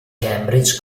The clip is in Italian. cambridge